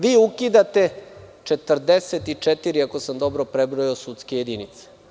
Vi ukidate 44, ako sam dobro prebrojao, sudske jedinice.